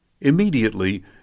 Immediately